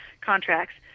contracts